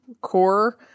core